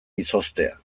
izoztea